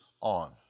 on